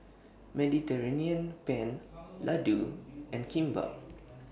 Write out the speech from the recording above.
Mediterranean Penne Ladoo and Kimbap